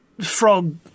frog